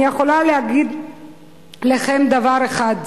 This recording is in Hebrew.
אני יכולה להגיד לכם דבר אחד: